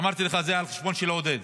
ואמרתי לך, זה על החשבון של עודד.